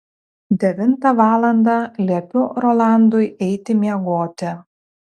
devintą valandą liepiu rolandui eiti miegoti